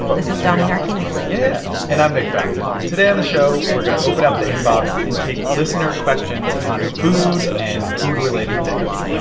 this is doneen arquines yeah, yeah. and i'm nick fountain. today on the show, we're going to open up the inbox and take listener questions on food and food-related things.